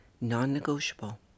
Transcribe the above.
non-negotiable